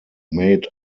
made